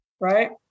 Right